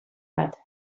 bat